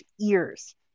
ears